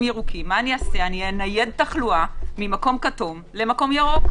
ירוקים - אנייד תחלואה ממקום כתום למקום ירוק.